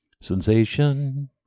Sensation